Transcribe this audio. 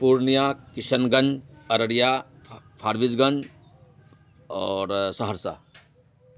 Purnia Kishanganj Araria Forbesganj اور سہرسہ